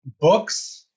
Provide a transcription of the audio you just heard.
books